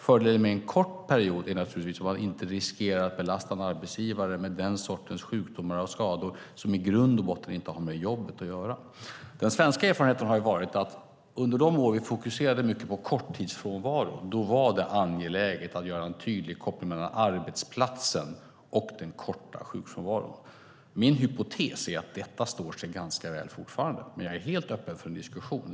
Fördelen med en kort period är naturligtvis att man inte riskerar att belasta en arbetsgivare med den sortens sjukdomar och skador som i grund och botten inte har med jobbet att göra. Den svenska erfarenheten har varit att det under de år som vi fokuserade mycket på korttidsfrånvaro var angeläget att göra en tydlig koppling mellan arbetsplatsen och den korta sjukfrånvaron. Min hypotes är att detta står sig ganska väl fortfarande. Men jag är helt öppen för en diskussion.